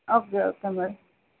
okay okay madam